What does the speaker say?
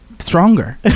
stronger